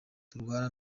turwana